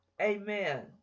Amen